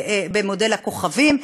במודל הכוכבים,